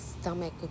stomach